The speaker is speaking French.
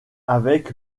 avec